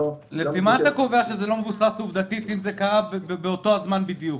לפי מה אתה קובע שזה לא מבוסס עובדתית אם זה קרה באותו הזמן בדיוק?